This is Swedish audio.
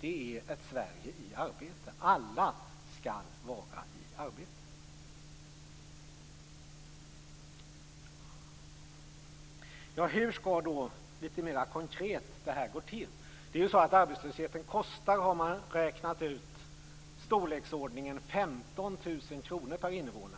Det är ett Sverige i arbete. Alla skall vara i arbete. Hur skall det gå till litet mer konkret? Arbetslösheten kostar, har man räknat ut, i storleksordningen 15 000 kr per invånare,